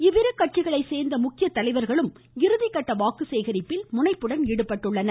இக்கட்சிகளை சோ்ந்த முக்கிய தலைவா்களும் இறுதிகட்ட வாக்கு சேகரிப்பில் முனைப்புடன் ஈடுபட்டுள்ளனர்